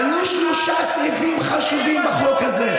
היו שלושה סעיפים חשובים בחוק הזה,